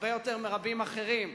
הרבה יותר מרבים אחרים,